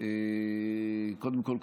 קודם כול,